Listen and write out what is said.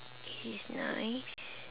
is nice